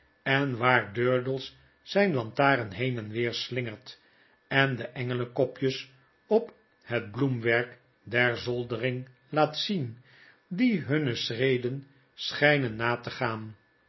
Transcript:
en waar durdels zjjn lantaarn heen en weer slingert en de engelenkopjes op het bloemwerk der zoldering laat zien die hunne schreden scfrgnen na te gaan